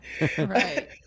right